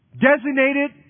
designated